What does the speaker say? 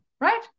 right